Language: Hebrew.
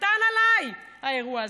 קטן עליי האירוע הזה,